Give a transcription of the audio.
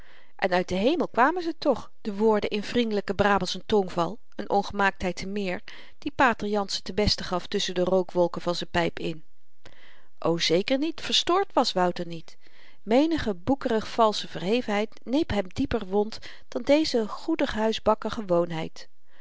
en uit den hemel kwamen ze toch de woorden in vriendelyk brabantschen tongval n ongemaaktheid te meer die pater jansen ten beste gaf tusschen de rookwolken van z'n pyp in o zeker niet verstoord was wouter niet menige boekerig valsche verhevenheid neep hem dieper wond dan deze goedighuisbakken gewoonheid